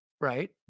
right